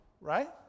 Right